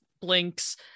blinks